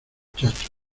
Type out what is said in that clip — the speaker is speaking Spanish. muchachos